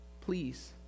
Please